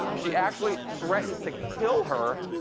she actually threatened to kill her,